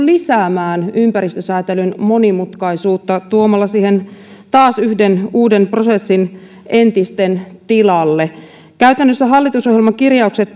lisäämään ympäristösäätelyn monimutkaisuutta tuomalla siihen taas yhden uuden prosessin entisten tilalle käytännössähän hallitusohjelman kirjaukset